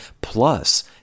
plus